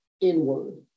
inward